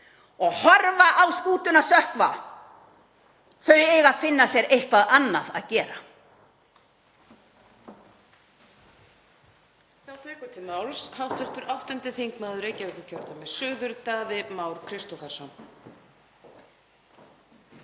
og horfa á skútuna sökkva eiga að finna sér eitthvað annað að gera.